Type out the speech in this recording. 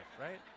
right